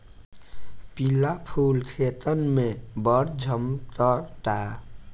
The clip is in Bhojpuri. पिला फूल खेतन में बड़ झम्कता